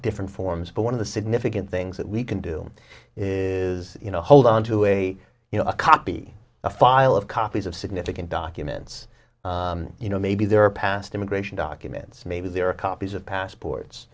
different forms but one of the significant things that we can do is you know hold onto a you know a copy a file of copies of significant documents you know maybe there are past immigration documents maybe there are copies of